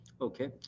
Okay